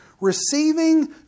Receiving